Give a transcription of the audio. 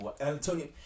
Antonio